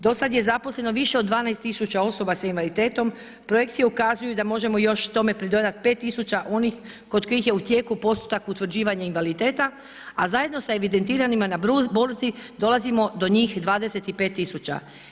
Dosad je zaposleno više od 12 tisuća osoba s invaliditetom, projekcije ukazuju da možemo još tome pridodati još 5 tisuća onih kod kojih je u tijeku postupak utvrđivanja invaliditeta, a zajedno sa evidentiranima na burzi dolazimo do njih 25 tisuća.